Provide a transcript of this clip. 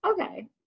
Okay